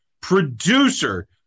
producer